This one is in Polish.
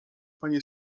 panie